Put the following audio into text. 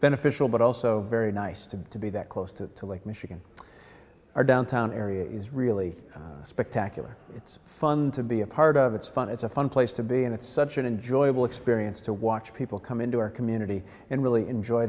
beneficial but also very nice to be that close to the lake michigan or downtown area is really spectacular it's fun to be a part of it's fun it's a fun place to be and it's such an enjoyable experience to watch people come into our community and really enjoy